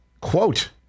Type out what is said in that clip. Quote